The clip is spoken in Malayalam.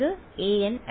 വിദ്യാർത്ഥി an s